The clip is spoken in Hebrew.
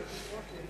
אולי תדבר על החוק?